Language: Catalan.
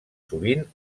sovint